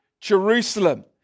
Jerusalem